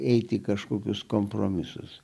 eiti kažkokius kompromisus